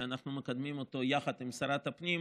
שאנחנו מקדמים יחד עם שרת הפנים,